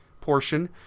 portion